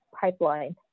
pipeline